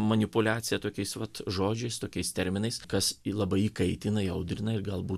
manipuliacija tokiais vat žodžiais tokiais terminais kas labai įkaitina įaudrina ir galbūt